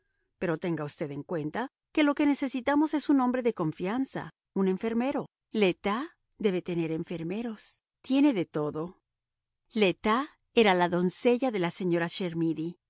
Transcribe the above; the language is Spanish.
pero tenga usted en cuenta que lo que necesitamos es un hombre de confianza un enfermero le tas debe tener enfermeros tiene de todo le tas era la doncella de la señora